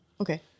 Okay